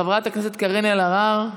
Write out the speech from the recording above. חברת הכנסת קארין אלהרר,